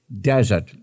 desert